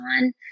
on